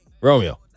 Romeo